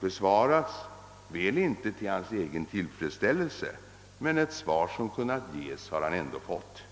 besvarats — väl inte till herr Ahlmarks egen tillfredsställelse, men det svar som kunnat ges har herr Ahlmark fått.